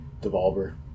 Devolver